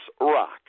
rock